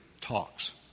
talks